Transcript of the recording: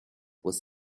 was